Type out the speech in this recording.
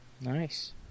Nice